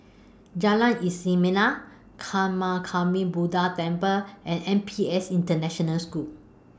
Jalan Buddha Temple and N P S International School